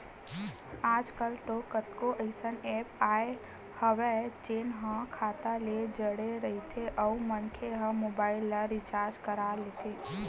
आजकल तो कतको अइसन ऐप आगे हवय जेन ह खाता ले जड़े रहिथे अउ मनखे ह मोबाईल ल रिचार्ज कर लेथे